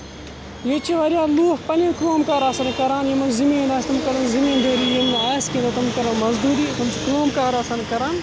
ییٚتہِ چھِ واریاہ لوٗکھ پَنٕنۍ کٲم کار آسان کران یِمن ذمیٖن آسہِ تِم کَرن ذمیٖندٲری یِمن نہٕ آسہِ تِم کرن مزدوٗری کام کار آسان کران